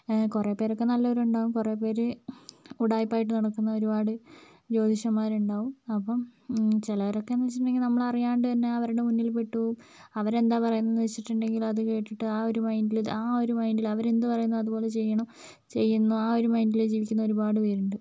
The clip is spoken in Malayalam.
കുറെ പേരൊക്കെ നല്ലവര് കുറെ പേര് ഉടായിപ്പായിട്ട് നടക്കുന്ന ഒരുപാട് ജ്യോതിഷന്മാരുണ്ടാവും അപ്പം ചിലരൊക്കെ വെച്ചിട്ടുണ്ടെങ്കിൽ നമ്മളറിയാതെ തന്നെ അവരുടെ മുന്നിൽ പെട്ട് പോവും അവരെന്താണ് പറയുന്നതെന്ന് വെച്ചിട്ടുണ്ടെങ്കിൽ അത് കേട്ടിട്ട് ആ ഒര് മൈൻഡില് ആ ഒര് മൈൻഡില് അവരെന്ത് പറയുന്നോ അതുപോലെ ചെയ്യണം ചെയ്യുന്നു ആ ഒര് മൈൻഡില് ജീവിക്കുന്ന ഒരുപാട് പേരുണ്ട്